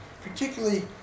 Particularly